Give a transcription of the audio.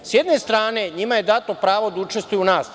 S jedne strane njima je dato pravo da učestvuju u nastavi.